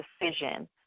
decision